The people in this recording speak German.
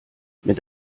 mit